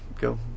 go